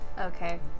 Okay